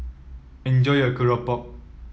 enjoy your Keropok